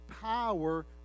power